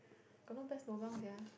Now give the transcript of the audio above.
got no best lobang sia